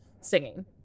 singing